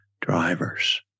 drivers